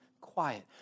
quiet